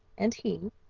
and he,